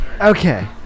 Okay